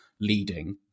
leading